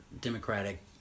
Democratic